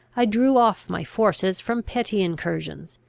i drew off my forces from petty incursions,